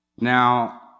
Now